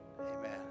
Amen